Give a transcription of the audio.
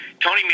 Tony